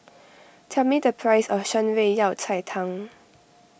tell me the price of Shan Rui Yao Cai Tang